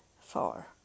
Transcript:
far